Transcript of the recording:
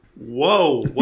Whoa